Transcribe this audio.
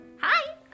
Hi